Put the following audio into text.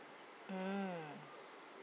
mm